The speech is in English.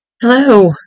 Hello